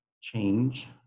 change